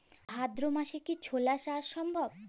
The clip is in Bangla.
ভাদ্র মাসে কি ছোলা চাষ সম্ভব?